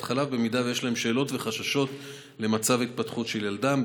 חלב אם יש להם שאלות וחששות לגבי מצב ההתפתחות של ילדם.